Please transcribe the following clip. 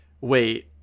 wait